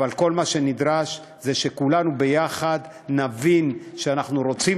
אבל כל מה שנדרש זה שכולנו ביחד נבין שאנחנו רוצים